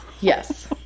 Yes